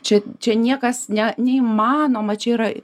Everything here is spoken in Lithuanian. čia čia niekas ne neįmanoma čia yra